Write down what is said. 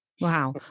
Wow